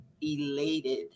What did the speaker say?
elated